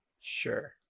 Sure